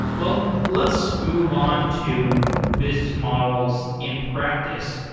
well, let's move on to business models in practice.